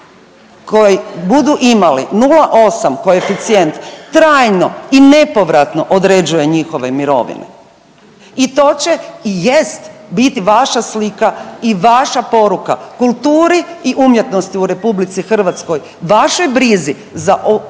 koji budu imali 0,8 koeficijent trajno i nepovratno određuje njihove mirovine. I to će i jest biti vaša slika i vaša poruka kulturi i umjetnosti u RH, vašoj brizi za kulturu